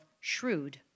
shrewd